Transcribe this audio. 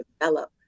develop